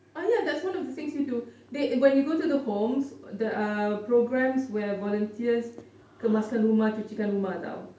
oh ya that's one of the things you do when you go to the homes the uh programs where volunteers kemaskan rumah cucikan rumah [tau]